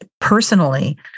personally